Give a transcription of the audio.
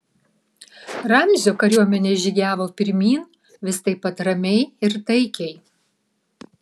ramzio kariuomenė žygiavo pirmyn vis taip pat ramiai ir taikiai